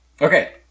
okay